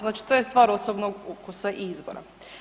Znači to je stvar osobnog ukusa i izbora.